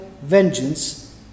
vengeance